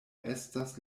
estas